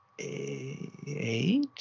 eight